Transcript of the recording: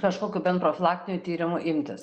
kažkokių bent profilaktinių tyrimų imtis